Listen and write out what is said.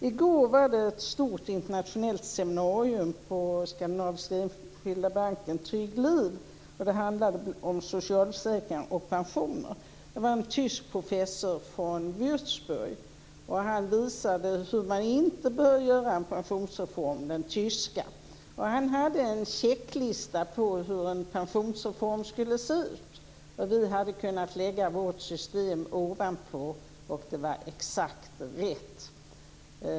I går var det ett stort internationellt seminarium på Skandinaviska Enskilda Banken Trygg Liv, och det handlade om socialförsäkringar och pensioner. Det var en tysk professor från Würzburg som visade hur man inte bör göra en pensionsreform, dvs. som den tyska. Han hade en checklista på hur en pensionsreform skulle kunna se ut. Vi hade kunnat lägga vårt system ovanpå och det hade varit exakt rätt.